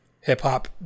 hip-hop